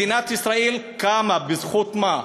מדינת ישראל קמה בזכות מה?